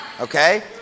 Okay